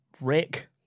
Rick